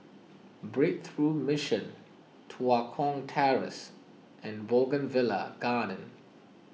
Breakthrough Mission Tua Kong Terrace and Bougainvillea Garden